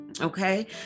Okay